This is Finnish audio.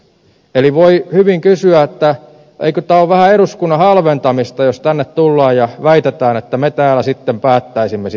eli voi hyvin kysyä että eikö tämä ole vähän eduskunnan halventamista jos tänne tullaan ja väitetään että me täällä sitten päättäisimme siitä asiasta